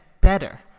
better